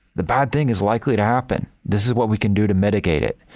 the bad thing is likely to happen. this is what we can do to mitigate it.